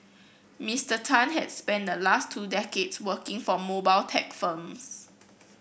Mister Tan has spent the last two decades working for mobile tech firms